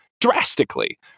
drastically